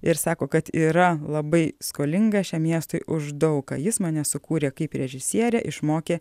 ir sako kad yra labai skolinga šiam miestui už daug ką jis mane sukūrė kaip režisierę išmokė